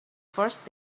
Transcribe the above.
first